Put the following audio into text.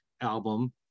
album